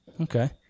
Okay